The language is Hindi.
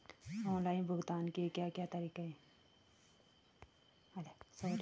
ऑनलाइन भुगतान के क्या क्या तरीके हैं?